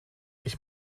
ich